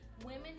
Women